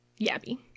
yabby